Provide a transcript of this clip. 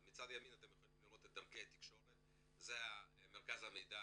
אתם יכולים לראות את דרכי התקשורת, זה מרכז המידע